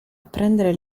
prendere